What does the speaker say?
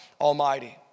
Almighty